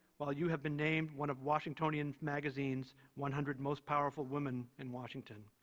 while you have been named one of washingtonian magazine's one hundred most powerful women in washington.